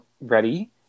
ready